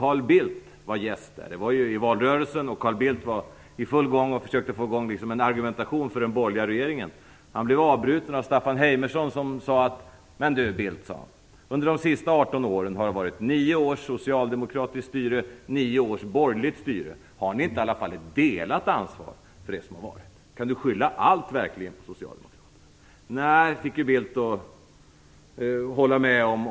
Carl Bildt var gäst. Det var i valrörelsen, och Carl Bildt var i full gång med att försöka få i gång en argumentation för den borgerliga regeringen. Han blev avbruten av Staffan Heimerson som sade: Men, Carl Bildt, de senaste 18 åren har det varit 9 års socialdemokratiskt styre och 9 års borgerligt styre, har ni inte i alla fall ett delat ansvar för det som varit? Kan du verkligen skylla allt på socialdemokraterna? - Nej, fick Bildt hålla med om.